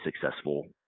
successful